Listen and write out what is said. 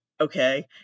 Okay